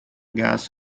gas